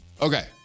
okay